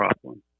problem